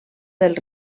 del